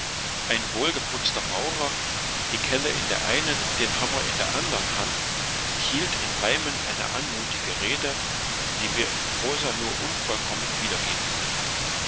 ein wohlgeputzter maurer die kelle in der einen den hammer in der andern hand hielt in reimen eine anmutige rede die wir in prosa nur unvollkommen wiedergeben können